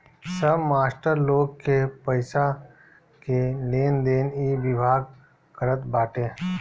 सब मास्टर लोग के पईसा के लेनदेन इ विभाग करत बाटे